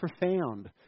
profound